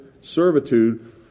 servitude